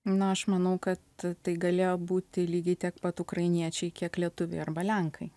na aš manau kad tai galėjo būti lygiai tiek pat ukrainiečiai kiek lietuviai arba lenkai